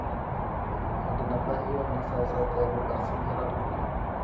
ᱟᱹᱰᱤ ᱱᱟᱯᱟᱭ ᱦᱩᱭᱩᱜᱼᱟ ᱚᱱᱟ ᱥᱟᱶ ᱥᱟᱶᱛᱮ ᱟᱵᱚ ᱯᱟᱹᱨᱥᱤ ᱦᱚᱸ ᱦᱟᱨᱟ ᱵᱩᱨᱩᱜᱼᱟ